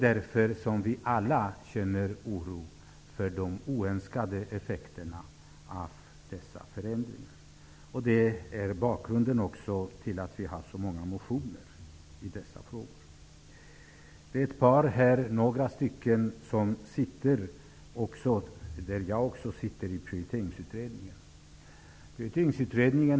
Därför känner vi alla en oro för oönskade effekter av dessa förändringar. Det är också bakgrunden till att vi har så många motioner i dessa frågor. Några av dem som sitter här i dag sitter också tillsammans med mig i Prioriteringsutredningen.